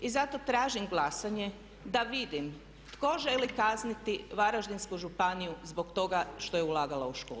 I zato tražim glasanje da vidim tko želi kazniti Varaždinsku županiju zbog toga što je ulagala u školstvo.